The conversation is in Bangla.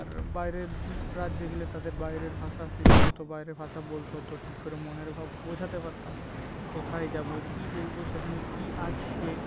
আর বাইরের রাজ্যে গেলে তাদের বাইরের ভাষা শিখতে হতো বাইরের ভাষা বলতে হতো ঠিক করে মনের ভাব বোঝাতে পারতাম না কোথায় যাব কী দেখব সেখানে কি আছে